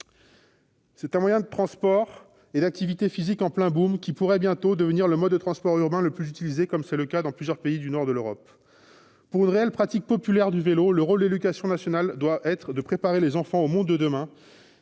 d'un moyen de transport et d'activité physique en plein boom, qui pourrait bientôt devenir le mode de transport urbain le plus utilisé, comme c'est déjà le cas dans plusieurs pays du nord de l'Europe. Pour une réelle pratique populaire du vélo, le rôle de l'éducation nationale doit être de préparer les enfants au monde de demain.